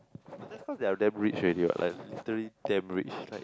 that's cause they are damn rich already what like literally damn rich like